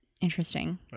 Interesting